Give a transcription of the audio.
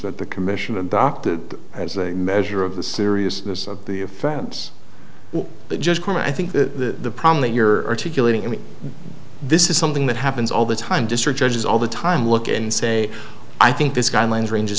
that the commission adopted as a measure of the seriousness of the offense just when i think the problem that you're articulating i mean this is something that happens all the time district judges all the time look and say i think this guidelines range